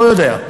לא יודע.